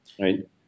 Right